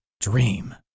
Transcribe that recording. dream